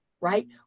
right